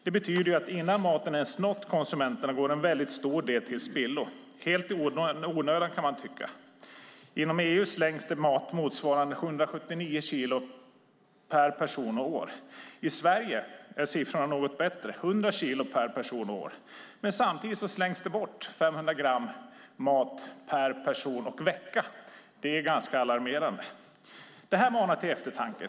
Det betyder att innan maten ens nått konsumenterna går en stor del till spillo, helt i onödan kan man tycka. Inom EU slängs det mat motsvarande 779 kilo per person och år. I Sverige är siffran något bättre, 100 kilo per person och år. Men samtidigt slängs det bort 500 gram mat per person och vecka. Det är ganska alarmerande. Det här manar till eftertanke.